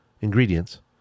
ingredients